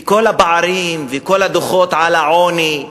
וכל הפערים, וכל הדוחות על העוני,